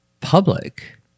public